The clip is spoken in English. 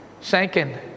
Second